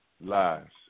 lives